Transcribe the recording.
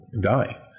Die